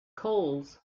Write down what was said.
coles